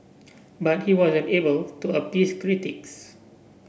but he wasn't able to appease critics